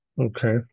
Okay